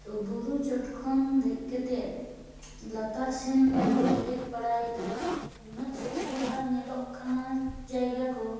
ᱛᱚ ᱵᱩᱨᱩ ᱪᱚᱴᱠᱷᱚᱱ ᱫᱮᱡ ᱠᱟᱛᱮᱫ ᱞᱟᱛᱟᱨ ᱥᱮᱱᱤᱧ ᱵᱮᱸᱜᱮᱫ ᱵᱟᱲᱟᱭ ᱮᱫᱟ ᱩᱱᱟᱹᱜ ᱪᱮᱴᱷᱟ ᱧᱮᱞᱚᱜ ᱠᱟᱱᱟ ᱡᱟᱭᱜᱟ ᱠᱚ